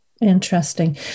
Interesting